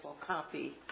copy